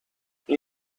این